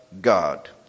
God